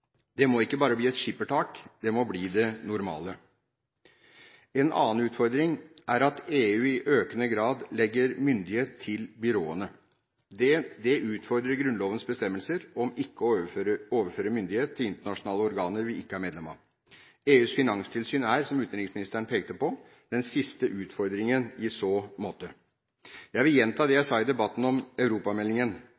Det må ikke bare bli et skippertak. Det må bli det normale. En annen utfordring er at EU i økende grad legger myndighet til byråene. Det utfordrer Grunnlovens bestemmelser om ikke å overføre myndighet til internasjonale organer vi ikke er medlem av. EUs finanstilsyn er, som utenriksministeren pekte på, den siste utfordringen i så måte. Jeg vil gjenta det